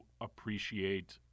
appreciate